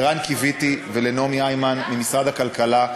לרן קיוויתי ולנעמי היימן ממשרד הכלכלה.